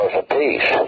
apiece